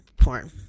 porn